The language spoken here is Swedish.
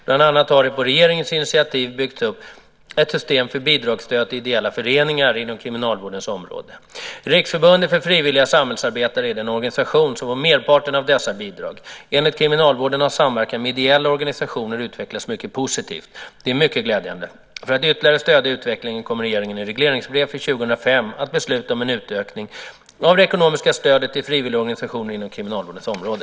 Bland annat har det på regeringens initiativ byggts upp ett system för bidragsstöd till ideella föreningar inom kriminalvårdens område. Riksförbundet för Frivilliga Samhällsarbetare är den organisation som får merparten av dessa bidrag. Enligt kriminalvården har samverkan med ideella organisationer utvecklats mycket positivt. Det är mycket glädjande. För att ytterligare stödja utvecklingen kommer regeringen i regleringsbrevet för 2005 att besluta om en utökning av det ekonomiska stödet till frivilligorganisationer inom kriminalvårdens område.